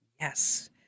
Yes